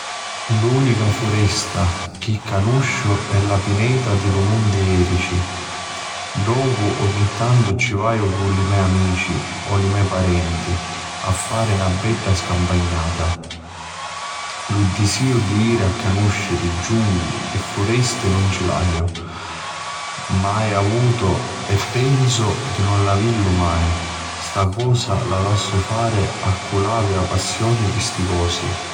L'unica furesta chi canunsciu è la pineta di lu munti Erici. Ddocu ogni tantu ci vaiu cu li mei amici o li mei parenti a fari na bedda scampagnata. Lu disiu di jiri a canusciri giungli e furesti nun ci l'aiu mai avutu e pensu di nun avillu mai. Sta cosa la lassu fari a cui avi la passioni pi sti cosi.